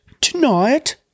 Tonight